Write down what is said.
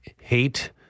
hate